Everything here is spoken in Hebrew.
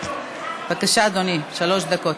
בבקשה, אדוני, שלוש דקות.